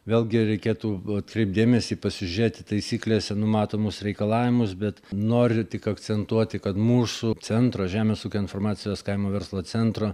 vėlgi reikėtų atkreipt dėmesį pasižiūrėti taisyklėse numatomus reikalavimus bet noriu tik akcentuoti kad mūsų centro žemės ūkio informacijos kaimo verslo centro